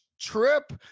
trip